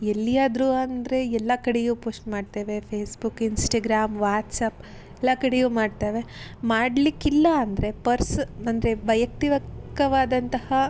ಎಲ್ಲಿಯಾದರು ಅಂದರೆ ಎಲ್ಲ ಕಡೆಯೂ ಪೋಸ್ಟ್ ಮಾಡ್ತೇವೆ ಫೇಸ್ಬುಕ್ ಇನ್ಸ್ಟಾಗ್ರಾಮ್ ವಾಟ್ಸಪ್ ಎಲ್ಲ ಕಡೆಯೂ ಮಾಡ್ತೇವೆ ಮಾಡಲಿಕ್ಕಿಲ್ಲಾಂದ್ರೆ ಪರ್ಸ್ ಅಂದರೆ ವೈಯಕ್ತಿಕವಾದಂತಹ